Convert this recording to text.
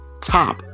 top